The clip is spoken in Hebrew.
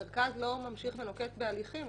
המרכז לא ממשיך ונוקט בהליכים.